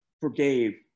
forgave